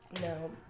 No